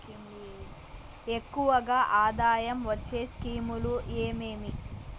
ఎక్కువగా ఆదాయం వచ్చే స్కీమ్ లు ఏమేమీ?